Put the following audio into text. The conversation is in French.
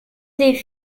des